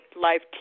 life